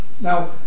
Now